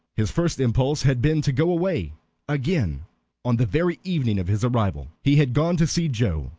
his first impulse had been to go away again on the very evening of his arrival. he had gone to see joe,